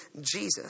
Jesus